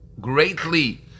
greatly